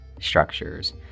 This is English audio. structures